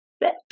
bit